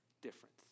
difference